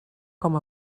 com